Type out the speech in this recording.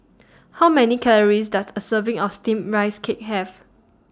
How Many Calories Does A Serving of Steamed Rice Cake Have